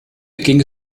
ging